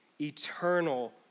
eternal